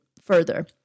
further